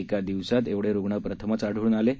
एका दिवसात एवढे रूग्ण प्रथमच आढळून आले आहेत